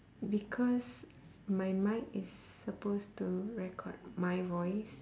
because my mic is suppose to record my voice